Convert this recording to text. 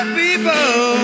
people